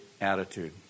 attitude